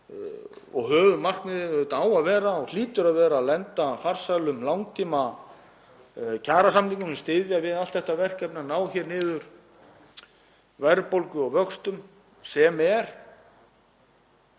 Höfuðmarkmiðið á að vera og hlýtur að vera að lenda farsælum langtímakjarasamningum sem styðja við allt þetta verkefni að ná niður verðbólgu og vöxtum, sem er